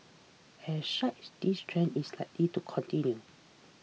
as such this trend is likely to continue